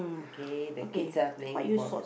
okay the kids are playing balls